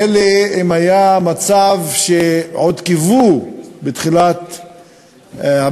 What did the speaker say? מילא אם היה מצב כפי שעוד קיוו בתחילת הממשלה,